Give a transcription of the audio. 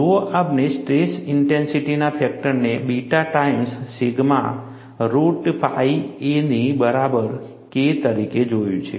જુઓ આપણે સ્ટ્રેસ ઇન્ટેન્સિટીના ફેક્ટરને beta times sigma root pi a ની બરાબર K તરીકે જોયું છે